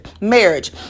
marriage